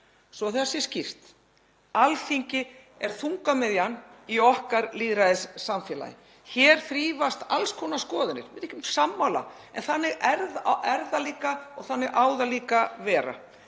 svo það sé skýrt. Alþingi er þungamiðjan í okkar lýðræðissamfélagi og hér þrífast alls konar skoðanir. Við erum ekki öll sammála en þannig er það líka og þannig á það líka að vera.